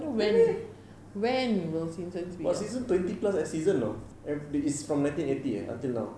really but simpson twenty plus as season you know eh it's from ninety eighties eh until now